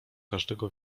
każdego